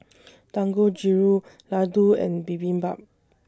Dangojiru Ladoo and Bibimbap